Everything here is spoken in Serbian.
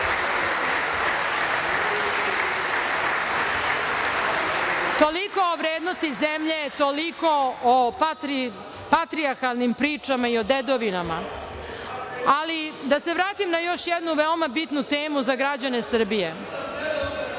Toliko o vrednosti zemlje, toliko o patrijarhalnim pričama i o dedovinama. Da se vratim na još jednu veoma bitnu temu za građane Srbije.